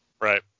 Right